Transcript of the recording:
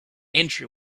entry